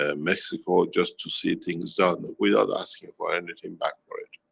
ah mexico, just to see things done without asking for anything back for it.